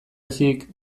ezik